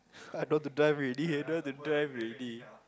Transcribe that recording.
I don't want to drive already I don't want to drive already